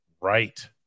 right